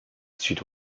sud